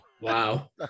Wow